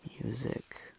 music